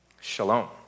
Shalom